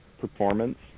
performance